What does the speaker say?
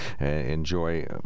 enjoy